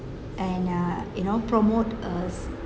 and uh you know promote a